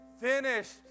finished